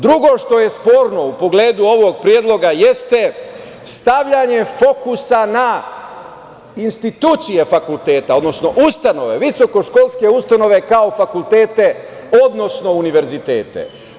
Drugo, što je sporno u pogledu ovog predloga jeste stavljanje fokusa na institucije fakulteta, odnosno ustanove, visokoškolske ustanove kao fakultete, odnosno univerzitete.